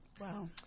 Wow